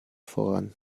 voran